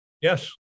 Yes